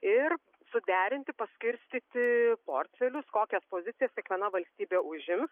ir suderinti paskirstyti portfelius kokias pozicijas kiekviena valstybė užims